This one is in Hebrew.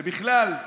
ובכלל,